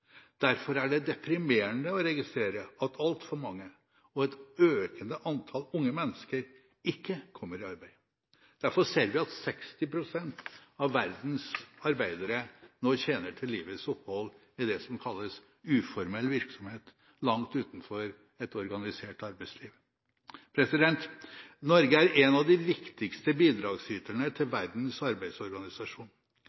Derfor er det deprimerende å registrere at altfor mange – og et økende antall unge mennesker – ikke kommer i arbeid. Vi ser at 60 pst. av verdens arbeidere nå tjener til livets opphold ved det som kalles uformell virksomhet – langt utenfor et organisert arbeidsliv. Norge er en av de viktigste bidragsyterne til